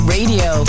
Radio